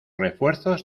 refuerzos